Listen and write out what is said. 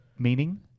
meaning